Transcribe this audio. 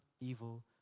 evil